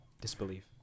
disbelief